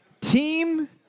team